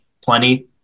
plenty